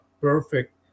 perfect